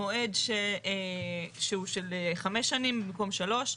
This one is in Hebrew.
מועד שהוא של חמש שנים במקום שלוש.